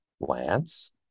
Lance